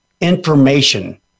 information